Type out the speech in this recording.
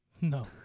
No